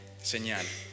señal